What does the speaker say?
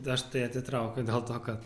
aš tai atitraukiu dėl to kad